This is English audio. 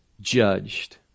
judged